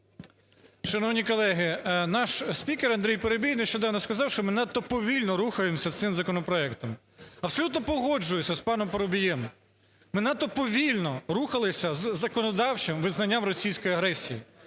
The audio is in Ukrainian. Шановні колеги, наш спікер Андрій Парубій нещодавно сказав, що ми надто повільно рухаємося цим законопроектом. Абсолютно погоджуюся з паном Парубієм, ми надто повільно рухалися з законодавчим визнанням російської агресії,